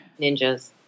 Ninjas